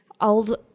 old